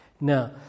Now